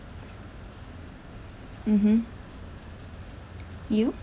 mmhmm you